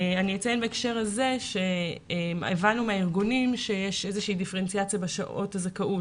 אציין בהקשר זה שהבנו מהארגונים שיש איזושהי דיפרנציאציה בשעות הזכאות.